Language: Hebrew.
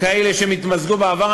כאלה שהתמזגו בעבר,